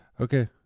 Okay